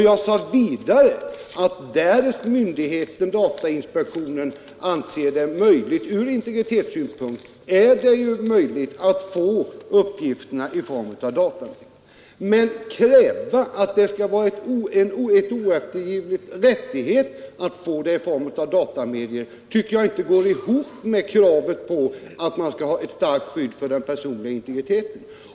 Jag sade vidare att därest datainspektionen anser det möjligt ur integritetssynpunkt går det ju att få uppgifterna i form av datamedier. Men att kräva att det skall vara en oeftergivlig rättighet att få dem i form av datamedier tycker jag inte går ihop med kravet på att man skall ha ett starkt skydd för den personliga integriteten.